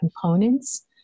components